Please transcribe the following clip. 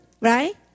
right